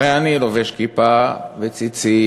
הרי אני לובש כיפה וציצית,